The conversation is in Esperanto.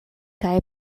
kaj